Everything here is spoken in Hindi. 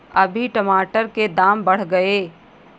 अभी टमाटर के दाम बढ़ गए